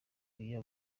iyo